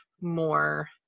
more